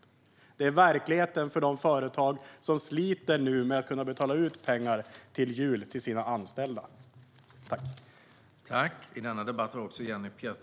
Detta är verkligheten för de företag som nu sliter med att kunna betala ut pengar till sina anställda till jul.